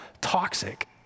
toxic